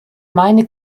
meine